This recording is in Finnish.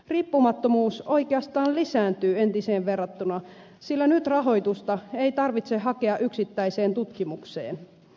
riippumattomuus oikeastaan lisääntyy entiseen verrattuna sillä nyt rahoitusta ei tarvitse hakea yksittäiseen tutkimukseen